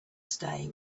stay